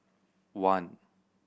one